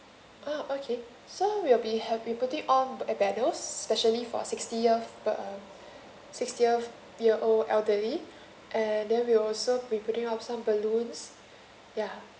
ah okay so we'll be ha~ we'll put it on a banner specially for sixty year birth uh sixty year old elderly and then we'll also be putting up some balloons ya